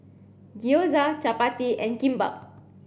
Gyoza Chapati and Kimbap